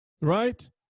right